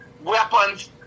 weapons